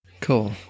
Cool